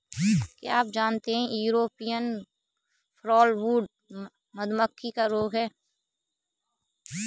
क्या आप जानते है यूरोपियन फॉलब्रूड मधुमक्खी का रोग है?